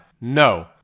No